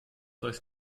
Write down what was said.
euch